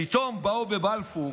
פתאום באו בבלפור,